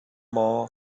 maw